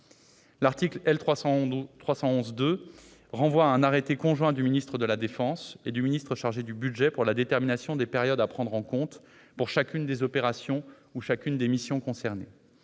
L'article L. 311-2 renvoie à un arrêté conjoint du ministre de la défense et du ministre chargé du budget pour la détermination des périodes à prendre en compte pour chacune des opérations ou chacune des missions concernées.